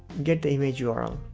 get the image url.